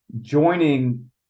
joining